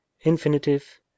infinitive